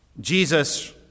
Jesus